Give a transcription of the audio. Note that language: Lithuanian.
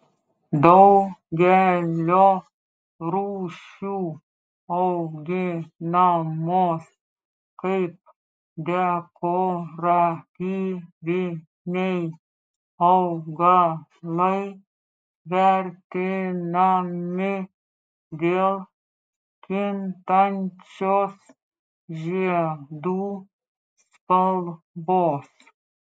daugelio rūšių auginamos kaip dekoratyviniai augalai vertinami dėl kintančios žiedų spalvos